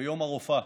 ויום הרופאה.